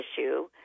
issue